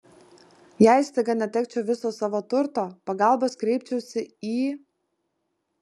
jei staiga netekčiau viso savo turto pagalbos kreipčiausi į